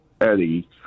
Eddie